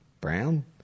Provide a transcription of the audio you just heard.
Brown